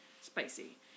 spicy